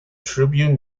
tribune